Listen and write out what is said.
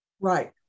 Right